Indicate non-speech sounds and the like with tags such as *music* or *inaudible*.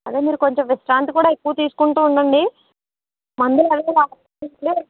అదే మీరు కొంచెం విశ్రాంతి కూడా ఎక్కువ తీసుకుంటూ ఉండండి మందులు అవి *unintelligible*